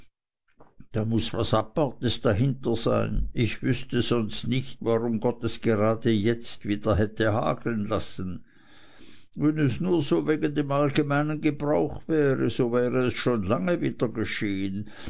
da muß was apartes dahinter sein ich wüßte sonst nicht warum gott es gerade jetzt wieder hätte hageln lassen wenn es nur so wegen dem allgemeinen gebrauch wäre so wäre es schon lange wieder geschehen